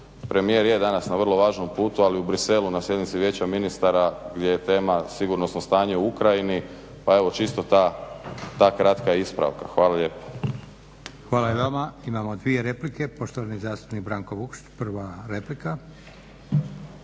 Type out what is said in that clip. Premijer je danas na vrlo važnom putu, ali u Bruxellesu na sjednici Vijeća ministara gdje je tema sigurnosno stanje u Ukrajini pa evo, čisto ta kratka ispravka. Hvala lijepo.